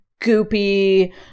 goopy